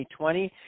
2020